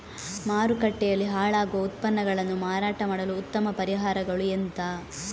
ಮಾರುಕಟ್ಟೆಯಲ್ಲಿ ಹಾಳಾಗುವ ಉತ್ಪನ್ನಗಳನ್ನು ಮಾರಾಟ ಮಾಡಲು ಉತ್ತಮ ಪರಿಹಾರಗಳು ಎಂತ?